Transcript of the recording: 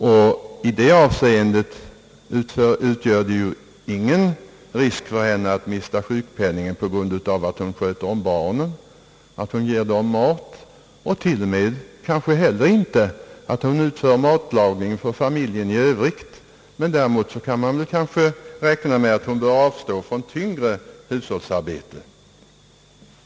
I det avseendet utgör det ingen risk för henne att mista sjukpenningen på grund av att hon sköter om barnen, ger dem mat, och kanske inte heller att hon utför matlagning för familjen i övrigt. Däremot kanske man kan räkna med att hon bör avstå ifrån tyngre hushållsarbete.